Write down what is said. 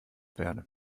verde